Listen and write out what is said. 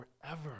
forever